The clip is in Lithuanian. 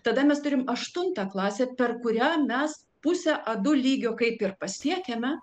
tada mes turim aštuntą klasę per kurią mes pusę a du lygio kaip ir pasiekiame